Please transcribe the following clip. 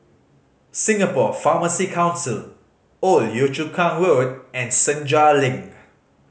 Singapore Pharmacy Council Old Yio Chu Kang Road and Senja Link